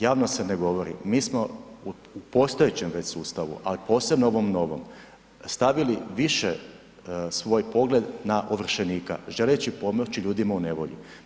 Javno se ne govori, mi smo u postojećem već sustavu, a posebno ovom novom stavili više svoj pogled na ovršenika želeći pomoći ljudima u nevolji.